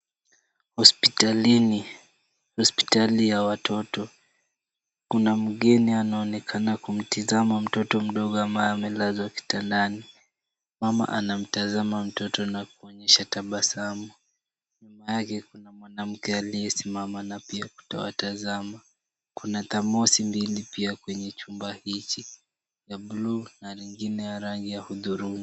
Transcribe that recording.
Hospitalini, hospitali ya watoto ,Kuna mgeni anaonekana kumtazama mtoto mdogo ambaye amelazwa kitandani ,mama anamtazama mtoto na kuonyesha tabasamu .Nyuma yake kuna mwanamke aliyesimama na pia kutoa tabasamu ,kuna thamosi mbili pia kwenye chumba hichi ,ya bluuu na lingine ya hudhurungi .